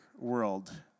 world